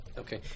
Okay